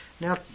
Now